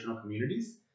communities